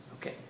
Okay